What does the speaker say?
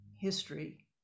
history